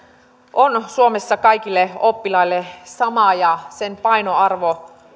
on suomessa kaikille oppilaille sama ja sen painoarvon